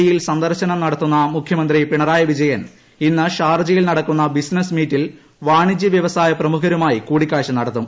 E യിൽ സന്ദർശനം നടത്തുന്ന മുഖ്യമന്ത്രി പിണറായി വിജയൻ ഇന്ന് ഷാർജയിൽ നടക്കുന്ന ബിസിനസ്സ് മീറ്റിൽ വാണിജ്യ വ്യവസായ പ്രമുഖരുമായി കൂട്ടിക്കാഴ്ച നടത്തും